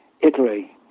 Italy